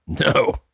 No